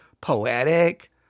poetic